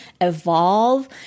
evolve